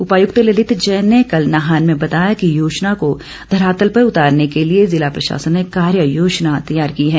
उपायुक्त ललित जैन ने कल नाहन में बताया कि योजना को धरातल पर उतारने के लिए ज़िला प्रशासन ने कार्य योजना तैयार की है